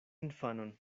infanon